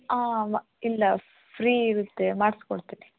ಹಾಂ ಮ ಇಲ್ಲ ಫ್ರೀ ಇರುತ್ತೆ ಮಾಡಿಸ್ಕೊಡ್ತೀನಿ